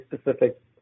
specific